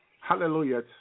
Hallelujah